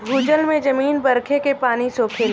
भूजल में जमीन बरखे के पानी सोखेले